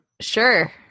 Sure